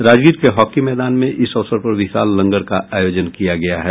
राजगीर के हॉकी मैदान में इस अवसर पर विशाल लंगर का आयोजन किया गया है